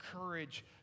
courage